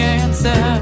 answer